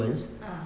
ah